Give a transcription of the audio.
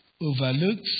overlooks